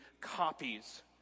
copies